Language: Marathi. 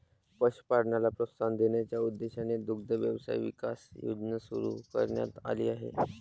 पशुपालनाला प्रोत्साहन देण्याच्या उद्देशाने दुग्ध व्यवसाय विकास योजना सुरू करण्यात आली आहे